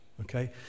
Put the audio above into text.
Okay